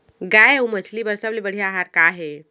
गाय अऊ मछली बर सबले बढ़िया आहार का हे?